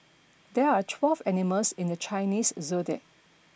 there are twelve animals in the Chinese zodiac